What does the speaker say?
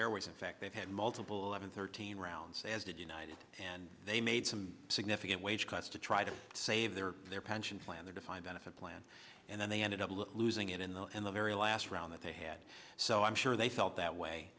airways in fact they've had multiple eleven thirteen rounds as the united and they made some significant wage cuts to try to save their or their pension plan their defined benefit plan and then they ended up losing it in the end the very last round that they had so i'm sure they felt that way